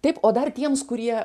taip o dar tiems kurie